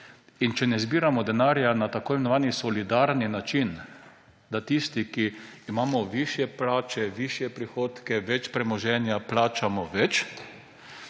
In če ne zbiramo denarja na tako imenovani solidarni način, da tisti, ki imamo višje plače, višje prihodke, več premoženja, plačamo več,